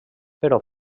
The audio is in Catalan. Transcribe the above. però